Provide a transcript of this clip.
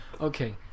Okay